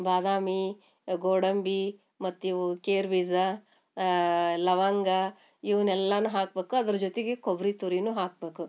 ಬಾದಾಮಿ ಗೋಡಂಬಿ ಮತ್ತು ಇವು ಗೇರ್ ಬೀಜ ಲವಂಗ ಇವ್ನೆಲ್ಲನೂ ಹಾಕ್ಬೇಕು ಅದ್ರ ಜೊತೆಗೆ ಕೊಬ್ಬರಿ ತುರಿನೂ ಹಾಕ್ಬೇಕು